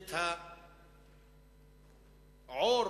את העור